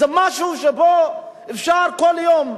משהו שאפשר כל יום,